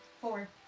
Four